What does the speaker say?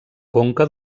conca